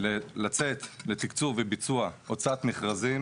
לצאת לתקצוב וביצוע, הוצאת מכרזים